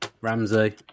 Ramsey